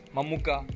Mamuka